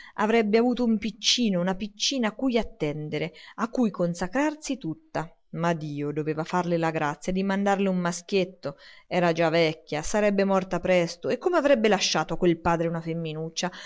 avrebbe avuto un piccino una piccina a cui attendere a cui consacrarsi tutta ma dio doveva farle la grazia di mandarle un maschietto era già vecchia sarebbe morta presto e come avrebbe lasciato a quel padre una femminuccia